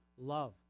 love